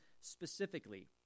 specifically